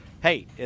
hey